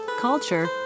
culture